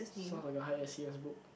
sounds like a high S_E_S book